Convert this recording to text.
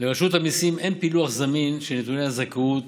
לרשות המיסים אין פילוח זמין של נתוני הזכאות